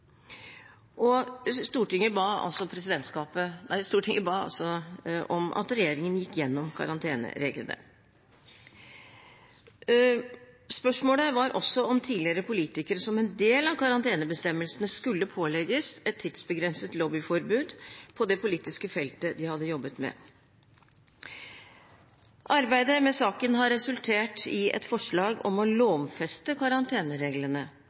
det.» Stortinget ba altså om at regjeringen gikk igjennom karantenereglene. Spørsmålet var også om tidligere politikere som en del av karantenebestemmelsene skulle pålegges et tidsbegrenset lobbyforbud på det politiske feltet de hadde jobbet med. Arbeidet med saken har resultert i et forslag om å lovfeste karantenereglene.